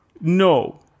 No